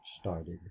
started